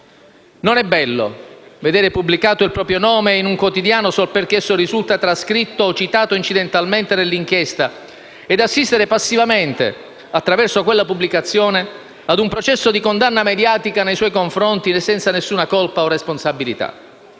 Non è bello vedere pubblicato il proprio nome in un quotidiano solo perché esso risulta trascritto o citato incidentalmente nell'inchiesta e assistere passivamente, attraverso quella pubblicazione, a un processo di condanna mediatica nei suoi confronti senza alcuna colpa o responsabilità.